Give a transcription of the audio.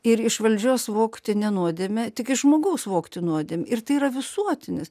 ir iš valdžios vogti ne nuodėmė tik iš žmogaus vogti nuodėmė ir tai yra visuotinis